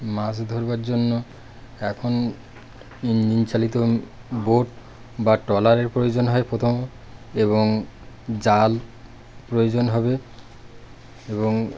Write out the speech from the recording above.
মছ ধরবার জন্য এখন ইঞ্জিন চালিত বোট বা ট্রলারের প্রয়োজন হয় প্রথম এবং জাল প্রয়োজন হবে এবং